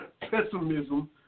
pessimism